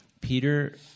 Peter